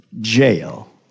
Jail